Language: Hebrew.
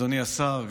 אדוני השר,